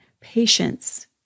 patience